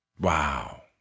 Wow